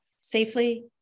safely